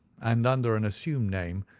and under an assumed name,